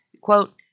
Quote